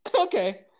Okay